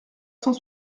cent